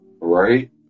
Right